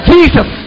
Jesus